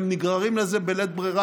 הם נגררים לזה בלית ברירה,